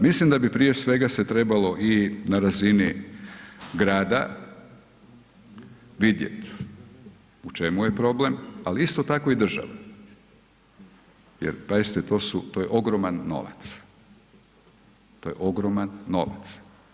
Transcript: Mislim da bi prije svega se trebalo i na razini grada vidjet u čemu je problem ali isto tako i države jer pazite to je ogroman novac, to je ogroman novac.